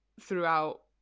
throughout